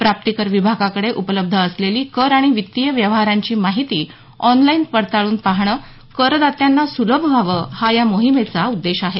प्राप्तीकर विभागाकडे उपलब्ध असलेली कर आणि वित्तीय व्यवहारांची माहिती ऑनलाईन पडताळून पाहणं करदात्यांना सुलभ व्हावं हा या मोहीमेचा उद्देश आहे